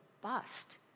bust